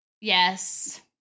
Yes